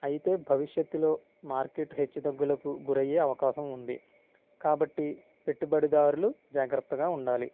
అయితే భవిష్యత్తులో మార్కెట్ హెచ్చుతగ్గులకు గురయ్యే అవకాశం ఉంది కాబట్టి పెట్టుబడిదారులు జాగ్రత్తగా ఉండాలి